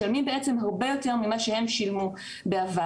משלמים בעצם הרבה יותר ממה שהם שילמו בעבר.